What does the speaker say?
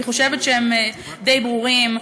ואני חושבת שהם די ברורים.